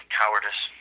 cowardice